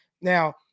Now